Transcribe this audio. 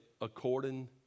according